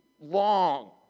long